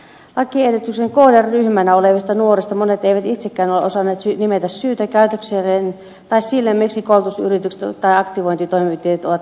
lakiehdotuksen kohderyhmänä olevista nuorista monet eivät itsekään ole osanneet nimetä syytä käytökselleen tai sille miksi koulutusyritykset taikka aktivointitoimenpiteet ovat keskeytyneet